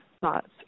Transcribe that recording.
thoughts